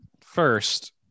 first